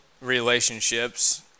relationships